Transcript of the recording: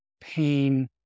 pain